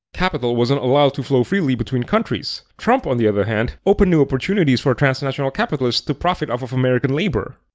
capital wasn't allowed to flow freely between countries. trump, on the other hand, opened new opportunities for transnational capitalists to profit off of american labor.